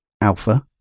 Alpha